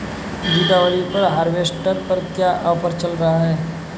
दीपावली पर हार्वेस्टर पर क्या ऑफर चल रहा है?